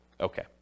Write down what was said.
Okay